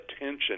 attention